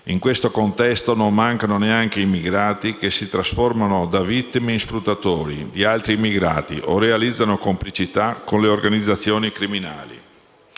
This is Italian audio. In questo contesto non mancano neanche immigrati che si trasformano da vittime in sfruttatori di altri immigrati o realizzano complicità con le organizzazioni criminali.